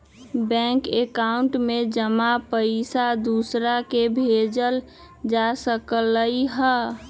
bank account में जमा पईसा दूसरा के भेजल जा सकलई ह